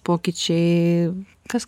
pokyčiai kas